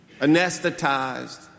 anesthetized